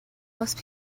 most